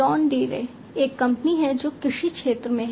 John Deere एक company है जो कृषि क्षेत्र में है